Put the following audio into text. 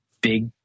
big